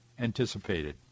anticipated